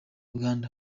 uganda